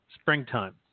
springtime